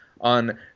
on